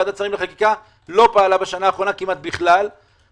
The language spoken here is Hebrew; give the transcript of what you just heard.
ועדת השרים לחקיקה לא פעלה כמעט בכלל בשנה האחרונה,